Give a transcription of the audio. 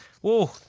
Whoa